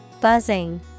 Buzzing